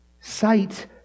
Sight